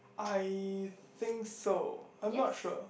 I think so I'm not sure